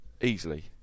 easily